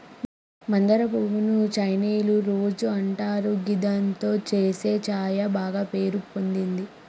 మందారం పువ్వు ను చైనీయుల రోజ్ అంటారు గిదాంతో చేసే ఛాయ బాగ పేరు పొందింది